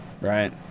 right